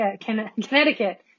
Connecticut